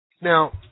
Now